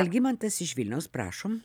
algimantas iš vilniaus prašom